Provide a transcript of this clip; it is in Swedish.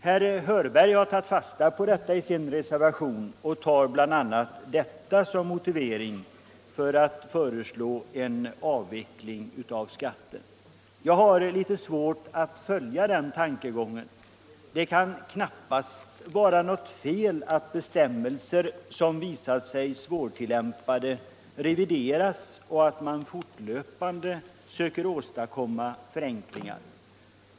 Herr Hörberg har tagit fasta på det i sin reservation och tar bl.a. detta som motivering för att nu föreslå en avveckling av skatten. Jag har litet svårt att följa den tankegången. Det kan knappast vara något fel att bestämmelser, som visat sig svårtillämpade, revideras och att man fortlöpande söker åstadkomma förenklingar.